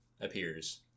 appears